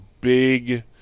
big